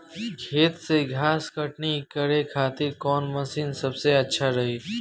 खेत से घास कटनी करे खातिर कौन मशीन सबसे अच्छा रही?